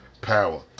power